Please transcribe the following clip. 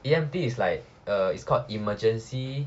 E_M_T it's like uh it's called emergency